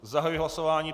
Zahajuji hlasování.